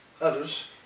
Others